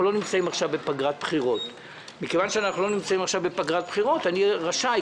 אנחנו לא נמצאים עכשיו בפגרת בחירות ומכיוון שכך אני רשאי,